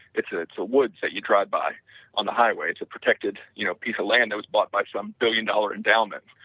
it's ah it's a wood that you drive by on the highway to protected you know piece of land that was bought by some billion dollar endowments,